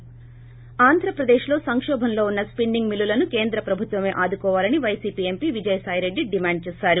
ి ఆంధ్రప్రదేశ్లో సంకోభంలో ఉన్న స్పిన్నింగ్ మిల్లులను కేంద్ర ప్రభుత్వమే ఆదుకోవాలని YCP MP Vijayasai Reddy demand చేశారు